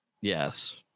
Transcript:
Yes